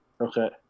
Okay